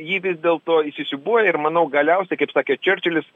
ji vis dėl to įsisiūbuoja ir manau galiausiai kaip sakė čerčilis